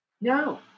no